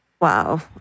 Wow